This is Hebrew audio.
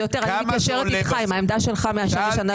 אני מתפשרת עם העמדה שלך מהשנה שעברה.